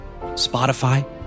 Spotify